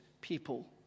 people